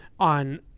on